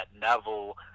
Neville